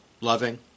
loving